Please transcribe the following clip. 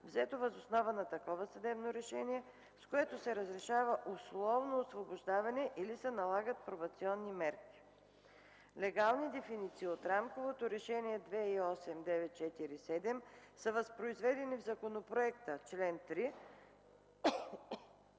взето въз основа на такова съдебно решение, с което се разрешава условно освобождаване или се налагат пробационни мерки. Легални дефиниции от Рамково решение 2008/947/ПВР са възпроизведени в законопроекта (чл. 3),